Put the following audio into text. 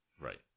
right